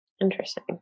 Interesting